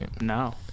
No